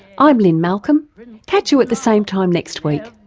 i'm lynne malcolm catch you at the same time next week.